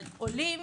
אבל עולים,